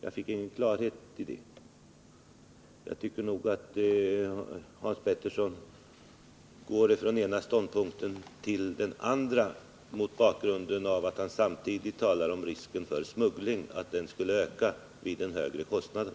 Jag fick ingen klarhet i den frågan. Jag tycker att Hans Pettersson går från den ena ståndpunkten till den andra, mot bakgrunden av att han samtidigt talar om risken för att smugglingen skulle kunna öka vid den högre kostnaden.